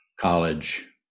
college